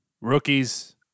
Rookies